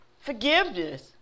forgiveness